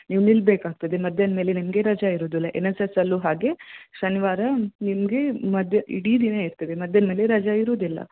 ನೀವು ನಿಲ್ಬೇಕಾಗ್ತದೆ ಮಧ್ಯಾಹ್ನ ಮೇಲೆ ನಿಮಗೆ ರಜ ಇರೋದಿಲ್ಲ ಎನ್ ಎಸ್ ಎಸ್ಸಲ್ಲೂ ಹಾಗೆ ಶನಿವಾರ ನಿಮಗೆ ಮದ್ಯಾ ಇಡೀ ದಿನ ಇರ್ತದೆ ಮಧ್ಯಾಹ್ನ ಮೇಲೆ ರಜ ಇರೋದಿಲ್ಲ